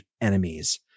enemies